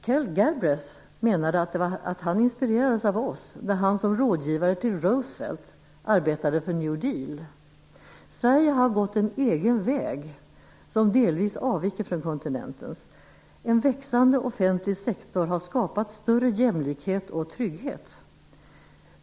Galbraith inspirerades av oss när han som rådgivare till Roosevelt arbetade för the New Deal. Sverige har gått en egen väg som delvis avviker från kontinentens. En växande offentlig sektor har skapat större jämlikhet och trygghet.